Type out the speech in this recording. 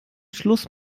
schluss